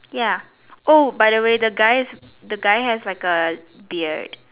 ya oh by the way the guys the guy has like a beard